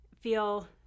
feel